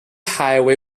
highway